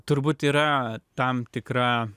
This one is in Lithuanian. turbūt yra tam tikra